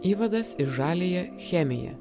įvadas į žaliąją chemiją